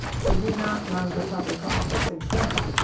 he did not run for public office again.